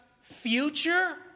future